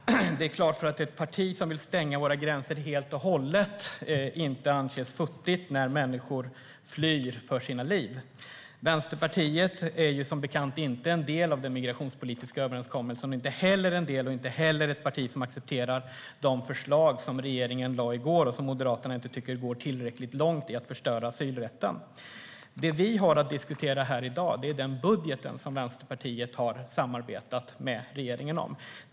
Herr talman! Det är klart att det för ett parti som vill stänga våra gränser helt och hållet inte anses futtigt när människor flyr för sina liv. Vänsterpartiet är som bekant inte en del av den migrationspolitiska överenskommelsen och inte heller ett parti som accepterar de förslag regeringen lade fram i går - och som Moderaterna inte tycker går tillräckligt långt i att förstöra asylrätten. Det vi har att diskutera här i dag är den budget Vänsterpartiet har samarbetat med regeringen om.